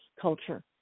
culture